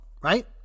right